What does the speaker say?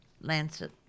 Lancet